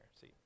See